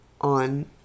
on